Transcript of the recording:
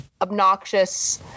obnoxious